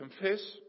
confess